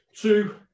two